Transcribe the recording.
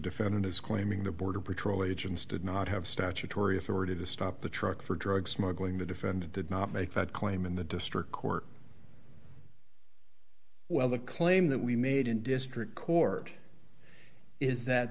defendant is claiming the border patrol agents did not have statutory authority to stop the truck for drug smuggling the defendant did not make that claim in the district court well the claim that we made in district court is that